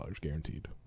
guaranteed